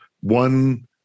one